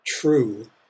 true